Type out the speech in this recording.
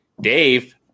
Dave